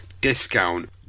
discount